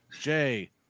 Jay